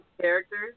characters